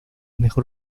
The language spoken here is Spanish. mejor